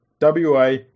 WA